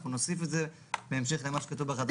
אני רוצה לשאול שאלה את חברת הכנסת.